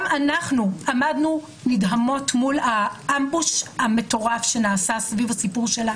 גם אנחנו עמדנו נדהמות מול האמבוש המטורף שנעשה סביב הסיפור שלה,